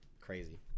crazy